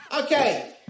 Okay